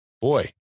boy